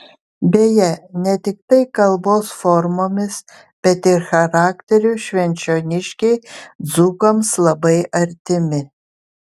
beje ne tiktai kalbos formomis bet ir charakteriu švenčioniškiai dzūkams labai artimi